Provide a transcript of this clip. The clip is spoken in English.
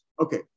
Okay